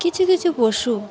কিছু কিছু পশু